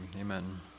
amen